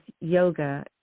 yoga